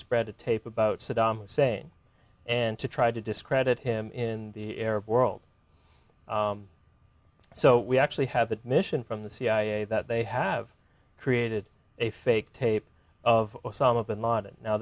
spread a tape about saddam hussein and to try to discredit him in the arab world so we actually have a mission from the cia that they have created a fake tape of osama bin laden now